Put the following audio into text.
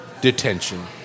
detention